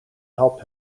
help